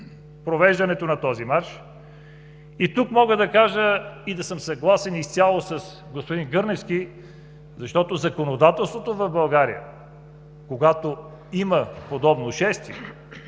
провеждането на този марш, и тук мога да кажа, че съм съгласен изцяло с господин Гърневски. Съгласно законодателството в България, когато има подобно шествие